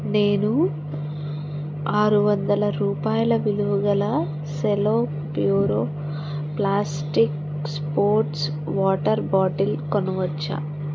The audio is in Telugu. నేను ఆరు వందల రూపాయల విలువగల Cello Puro plastic sports water bottle కొనవచ్చా